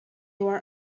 were